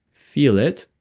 feel it,